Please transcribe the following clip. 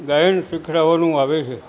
ગાયન શીખડાવવાનું આવે છે